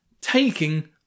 Taking